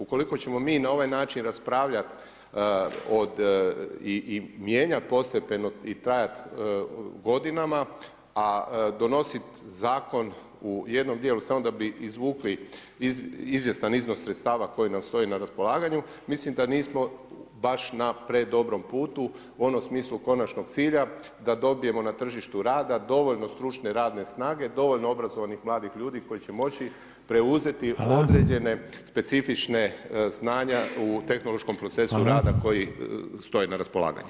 Ukoliko ćemo mi na ovaj način raspravljati i mijenjati postepeno i trajat godinama, a donositi zakon u jednom dijelu samo da bi izvukli izvjestan iznos sredstava koji nam stoji na raspolaganju, mislim da nismo baš na predobrom putu u onom smislu konačnog cilja da dobijemo na tržištu rada dovoljno stručne radne snage, dovoljno obrazovanih mladih ljudi koji će moći preuzeti određena specifična znanja u tehnološkom procesu rada koji stoje na raspolaganju.